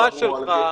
לחישבון.